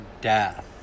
death